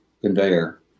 conveyor